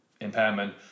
impairment